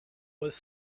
was